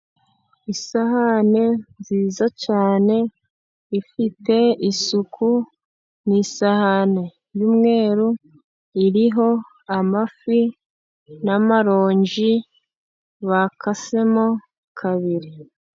Isahani nziza cyane ifite isuku ni isahani y'umweru iriho amafi n'amaronji bakasemo kabiri.